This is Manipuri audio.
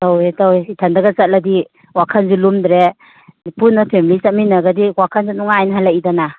ꯇꯧꯋꯦ ꯇꯧꯋꯦ ꯏꯊꯟꯇꯒ ꯆꯠꯂꯗꯤ ꯋꯥꯈꯜꯁꯨ ꯂꯨꯝꯗ꯭ꯔꯦ ꯄꯨꯟꯅ ꯐꯦꯃꯤꯂꯤ ꯆꯠꯃꯤꯟꯅꯔꯒꯗꯤ ꯋꯥꯈꯜꯁꯨ ꯅꯨꯡꯉꯥꯏꯅ ꯍꯜꯂꯛꯏꯗꯅ